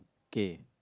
K